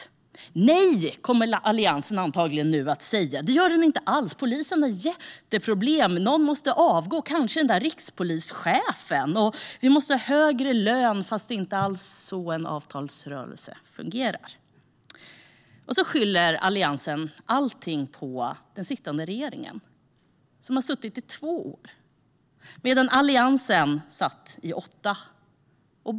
Alliansen kommer antagligen nu att säga att den inte alls gör det. Polisen har jätteproblem. Någon måste avgå, kanske rikspolischefen. Och poliser måste få högre lön. Men det är inte alls så en avtalsrörelse fungerar. Alliansen skyller sedan allt på den sittande regeringen som har suttit vid regeringsmakten i två år, medan Alliansen satt i åtta år.